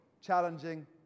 challenging